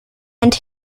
and